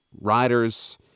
riders